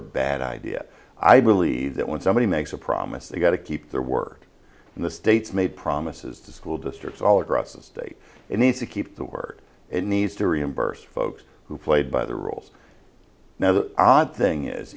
a bad idea i believe that when somebody makes a promise they've got to keep their work in the states made promises to school districts all across the state and then to keep the word it needs to reimburse folks who played by the rules now the odd thing is